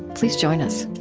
please join us